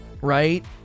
right